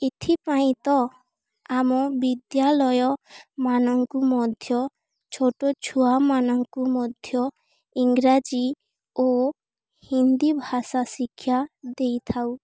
ଏଥିପାଇଁ ତ ଆମ ବିଦ୍ୟାଳୟମାନଙ୍କୁ ମଧ୍ୟ ଛୋଟ ଛୁଆମାନଙ୍କୁ ମଧ୍ୟ ଇଂରାଜୀ ଓ ହିନ୍ଦୀ ଭାଷା ଶିକ୍ଷା ଦେଇଥାଉ